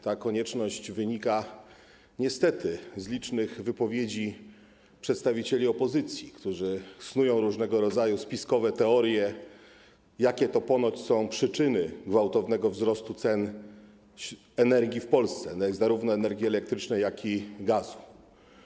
Ta konieczność wynika niestety z licznych wypowiedzi przedstawicieli opozycji, którzy snują różnego rodzaju spiskowe teorie, jakie to ponoć są przyczyny gwałtownego wzrostu cen energii w Polsce - zarówno energii elektrycznej, jak i gazu.